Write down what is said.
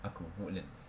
aku woodlands